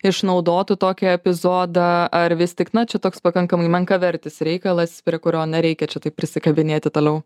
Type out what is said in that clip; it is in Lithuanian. išnaudotų tokį epizodą ar vis tik na čia toks pakankamai menkavertis reikalas prie kurio nereikia čia taip prisikabinėti toliau